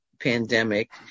pandemic